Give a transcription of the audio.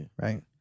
Right